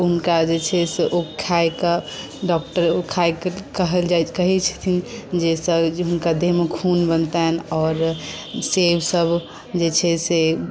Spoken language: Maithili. हुनका जे छै से ओ खाइके डॉक्टर खाइके कहल जाइत ओ कहैत छथिन जाहिसँ जे हुनका देहमे खून बनतनि आओर सेबसभ जे छै से